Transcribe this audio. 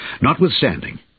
Notwithstanding